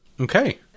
Okay